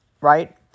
right